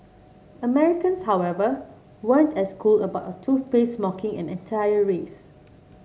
Americans however weren't as cool about a toothpaste mocking and an entire race